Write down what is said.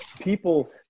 people